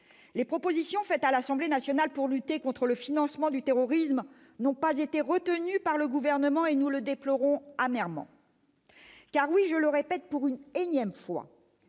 Les propositions faites à l'Assemblée nationale pour lutter contre le financement du terrorisme n'ont pas été retenues par le Gouvernement, nous le déplorons amèrement. Je le dis pour la énième fois